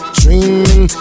dreaming